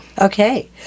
Okay